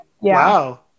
wow